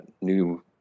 new